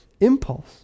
impulse